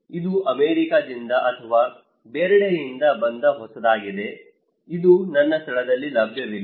ಇದು ಅಮೇರಿಕದಿಂದ ಅಥವಾ ಬೇರೆಡೆಯಿಂದ ಬಂದ ಹೊಸದಾಗಿದೆ ಇದು ನನ್ನ ಸ್ಥಳದಲ್ಲಿ ಲಭ್ಯವಿಲ್ಲ